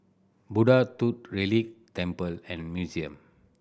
Buddha Tooth Relic Temple and Museum